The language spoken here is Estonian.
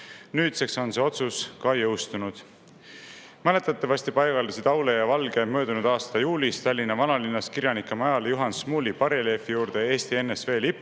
Nüüdseks on see otsus ka jõustunud. Mäletatavasti paigaldasid Aule ja Valge möödunud aasta juulis Tallinna vanalinnas kirjanike majale Juhan Smuuli bareljeefi juurde Eesti NSV lipu,